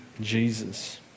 Jesus